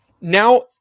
now